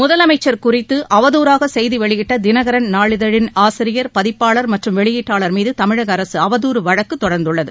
முதலமைச்சர் குறித்து அவதூறாக செய்தி வெளியிட்ட தினகரன் நாளிதழின் ஆசிரியர் பதிப்பாளர் மற்றும் வெளியீட்டாளர் மீது தமிழக அரசு அவதூறு வழக்கு தொடர்ந்துள்ளது